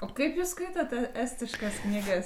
o kaip jūs skaitote estiškas knygas